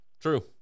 true